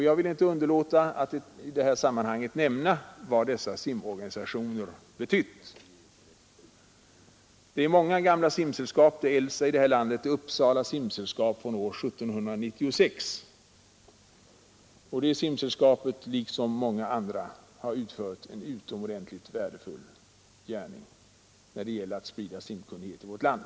Jag vill inte underlåta att i det här sammanhanget erinra om vad dessa simorganisationer betytt. Det finns många gamla simsällskap. Det äldsta i landet är Upsala Simsällskap från år 1796, och det simsällskapet har, liksom många andra, utfört en utomordentligt värdefull gärning när det gäller att sprida simkunnigheten i vårt land.